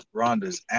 Rhonda's